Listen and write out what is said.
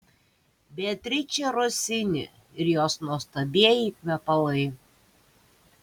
beatričė rosini ir jos nuostabieji kvepalai